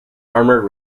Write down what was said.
armoured